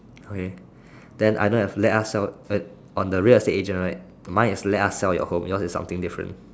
okay then I don't have let us sell on the real estate agent right mine is let us sell your home yours is something different